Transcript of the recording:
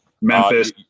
Memphis